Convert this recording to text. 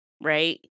right